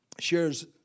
Shares